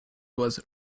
was